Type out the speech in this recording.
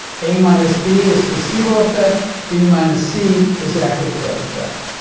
a minus b is placebo effect. b minus c is active drug effect.